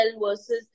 versus